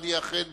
ואני אכן